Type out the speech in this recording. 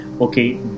Okay